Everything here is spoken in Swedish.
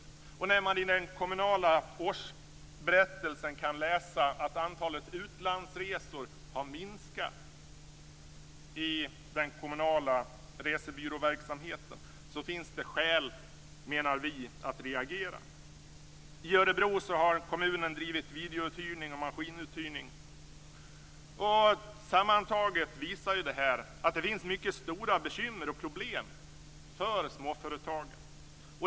När man i den kommunala årsberättelsen kan läsa att antalet utlandsresor har minskat i den kommunala resebyråverksamheten finns det skäl, menar vi, att reagera. I Örebro har kommunen drivit video och maskinuthyrning. Sammantaget visar detta att det finns mycket stora problem för småföretagen.